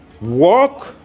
walk